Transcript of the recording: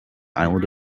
island